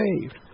saved